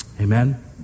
Amen